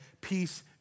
Peace